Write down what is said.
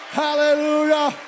hallelujah